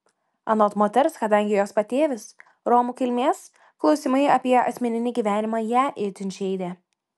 anot moters kadangi jos patėvis romų kilmės klausimai apie asmeninį gyvenimą ją itin žeidė